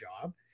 job